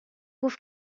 گفت